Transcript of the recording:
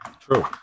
true